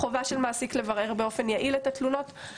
וחובה של מעסיק לברר באופן יעיל את התלונות.